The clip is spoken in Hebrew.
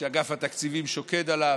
כשאגף התקציבים שוקד עליו.